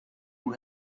who